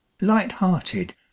light-hearted